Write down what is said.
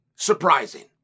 Surprising